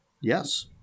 Yes